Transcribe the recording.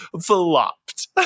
flopped